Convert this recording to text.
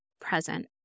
present